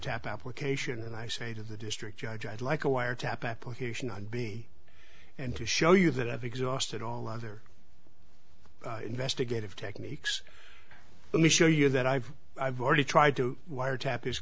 wiretap application and i say to the district judge i'd like a wiretap application and be and to show you that i've exhausted all other investigative techniques let me show you that i've i've already tried to wiretap his